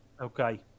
Okay